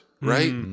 right